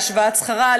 להשוואת שכרה,